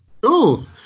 Cool